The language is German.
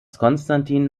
constantin